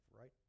right